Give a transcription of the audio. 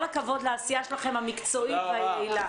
כל הכבוד על העשייה המקצועית והיעילה שלכם.